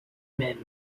même